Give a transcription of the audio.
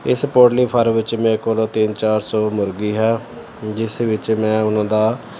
ਇਸ poultry farm ਵਿੱਚ ਮੇਰੇ ਕੋਲ ਤਿੰਨ ਚਾਰ ਸੌ ਮੁਰਗੀ ਹੈ ਜਿਸ ਵਿੱਚ ਮੈਂ ਉਹਨਾਂ ਦਾ